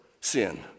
sin